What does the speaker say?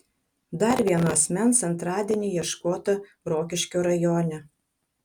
dar vieno asmens antradienį ieškota rokiškio rajone